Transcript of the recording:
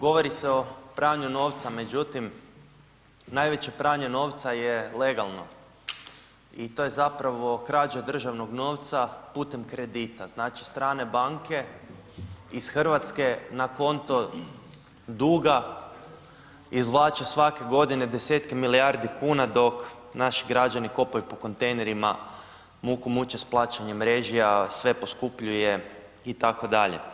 Govori se o pranju novca, međutim najveće pranje novca je legalno, i to je zapravo krađa državnog novca putem kredita, znači strane banke iz Hrvatske na konto duga izvlače svake godine desetke milijardi kuna, dok naši građani kopaju po kontejnerima, muku muče s plaćanjem režija, sve poskupljuje itd.